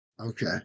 Okay